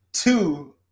two